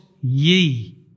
ye